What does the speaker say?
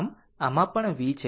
આમ આમાં આ પણ V છે